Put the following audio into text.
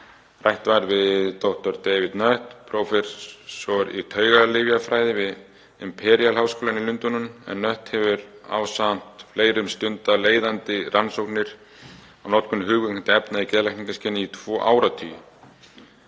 Rætt var við dr. David Nutt, prófessor í taugageðlyfjafræði við Imperial-háskólann í Lundúnum, en Nutt hefur ásamt fleirum stundað leiðandi rannsóknir á notkun hugvíkkandi efna í geðlækningaskyni í tvo áratugi.